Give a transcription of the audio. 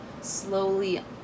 slowly